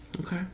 Okay